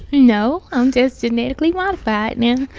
no. i'm just genetically modified now.